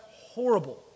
horrible